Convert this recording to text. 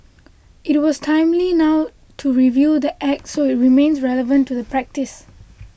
it was timely now to review the Act so it remains relevant to the practice